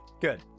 good